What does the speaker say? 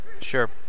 sure